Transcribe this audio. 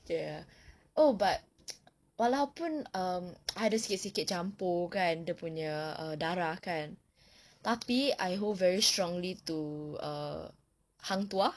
okay ah oh but walaupun um ada sedikit campur err dia punya err darah kan tapi I hold very strongly to uh hang tuah